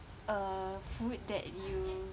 uh food that you